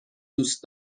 دوست